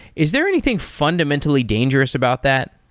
is there anything fundamentally dangerous about that?